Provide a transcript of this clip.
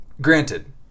Granted